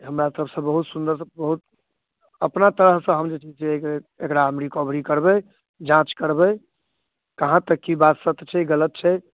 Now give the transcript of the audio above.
हमरा तरफसँ बहुत सुन्दर बहुत अपना तरहसँ जे छै से एकरा हम रिकवरी करबै जाँच करबै कहाँ तक की बात सत्य छै गलत छै